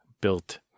built